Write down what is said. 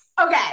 okay